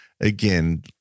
Again